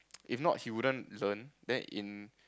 if not he wouldn't learn then in